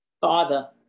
Father